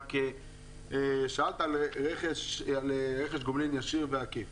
אבל שאלת על רכש גומלין ישיר ועקיף